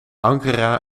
ankara